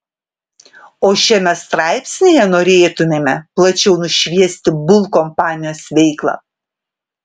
o šiame straipsnyje norėtumėme plačiau nušviesti bull kompanijos veiklą